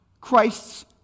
Christ's